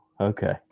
Okay